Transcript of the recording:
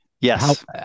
Yes